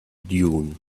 dune